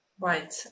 Right